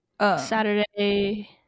Saturday